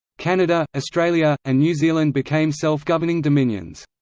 canada, australia, and new zealand became self-governing dominions.